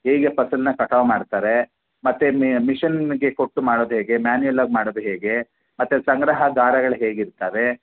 ಹೇಗೆ ಫಸಲನ್ನ ಕಟಾವು ಮಾಡ್ತಾರೆ ಮತ್ತು ಮಿಷನ್ಗೆ ಕೊಟ್ಟು ಮಾಡೋದು ಹೇಗೆ ಮ್ಯಾನುಯಲ್ ಮಾಡೋದು ಹೇಗೆ ಮತ್ತು ಸಂಗ್ರಹಗಾರಗಳು ಹೇಗಿರ್ತವೆ